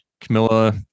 Camilla